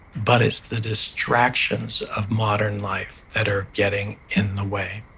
but it's the distractions of modern life that are getting in the way.